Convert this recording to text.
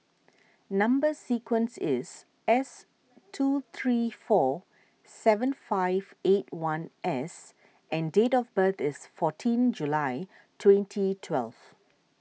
Number Sequence is S two three four seven five eight one S and date of birth is fourteen July twenty twelve